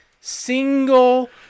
single